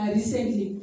recently